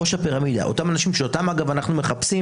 אותם אנשים שאותם אנו מחפשים